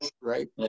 Right